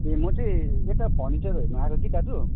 ए म चाहिँ यता फर्निचर हेर्नु आएको कि दाजु